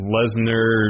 Lesnar